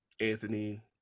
anthony